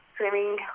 swimming